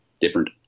different